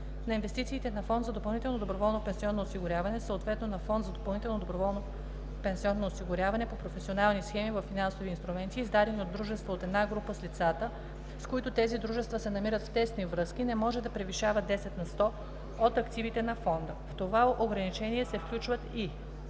на инвестициите на фонд за допълнително доброволно пенсионно осигуряване, съответно на фонд за допълнително доброволно пенсионно осигуряване по професионални схеми, във финансови инструменти, издадени от дружества от една група и лицата, с които тези дружества се намират в тесни връзки, не може да превишава 10 на сто от активите на фонда. В това ограничение се включват и: